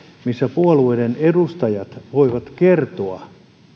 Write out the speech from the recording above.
missä puolueiden edustajat voivat kertoa